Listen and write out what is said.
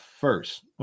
first